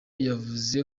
yavuze